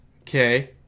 Okay